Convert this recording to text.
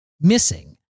missing